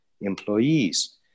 employees